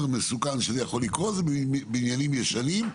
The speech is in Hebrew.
מסוכן שבו זה יכול לקרות זה בניינים ישנים.